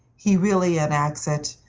he really enacts it.